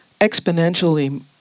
exponentially